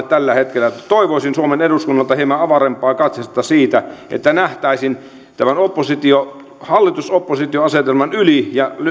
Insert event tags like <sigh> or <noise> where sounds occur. <unintelligible> tällä hetkellä että toivoisin suomen eduskunnalta hieman avarampaa katsetta siinä että näkisimme tämän hallitus oppositio asetelman yli ja